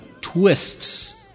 twists